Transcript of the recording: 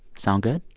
sound good?